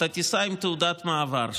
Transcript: אתה תיסע עם תעודת מעבר,